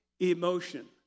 Emotion